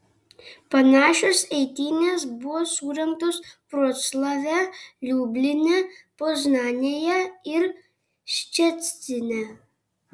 panašios eitynės buvo surengtos vroclave liubline poznanėje ir ščecine